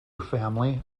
family